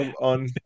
on